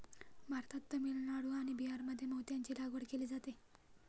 भारतात तामिळनाडू आणि बिहारमध्ये मोत्यांची लागवड केली जाते